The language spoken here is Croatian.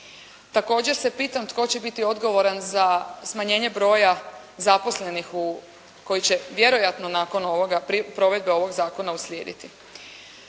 Također se pitam tko će biti odgovoran za smanjenje broja zaposlenih u koji će vjerojatno nakon ovoga provode ovog zakona uslijediti.